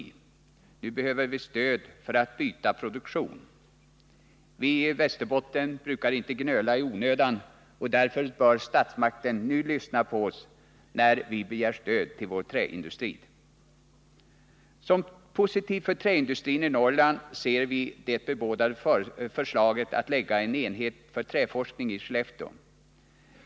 Nu behöver vi stöd för att byta produktion. Vi i Västerbotten brukar inte gnöla i onödan, och därför bör statsmakterna nu lyssna på oss när vi begär stöd till vår träindustri. Som positivt för träindustrin i Norrland ser vi det bebådade förslaget att lägga en enhet för träforskning i Skellefteå.